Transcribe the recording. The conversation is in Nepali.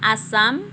आसाम